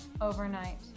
overnight